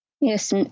Yes